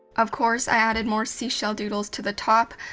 of course i added more seashell doodles to the top.